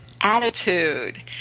attitude